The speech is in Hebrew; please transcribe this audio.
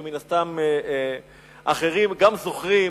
ומן הסתם אחרים גם זוכרים